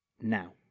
now